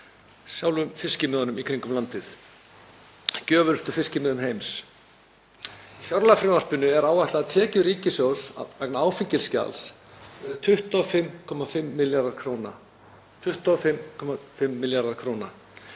sjálfum fiskimiðunum í kringum landið, gjöfulustu fiskimiðum heims. Í fjárlagafrumvarpinu er áætlað að tekjur ríkissjóðs vegna áfengisgjalds verði 25,5 milljarðar kr.